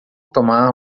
tomar